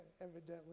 evidently